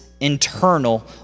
internal